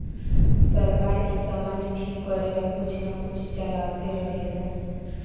सरकार इ समाज ठीक करेला कुछ न कुछ चलावते रहेले